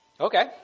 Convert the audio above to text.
Okay